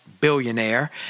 billionaire